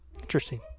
Interesting